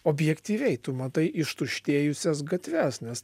objektyviai tu matai ištuštėjusias gatves nes